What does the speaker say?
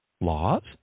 laws